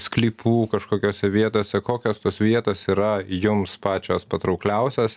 sklypų kažkokiose vietose kokios tos vietos yra jums pačios patraukliausios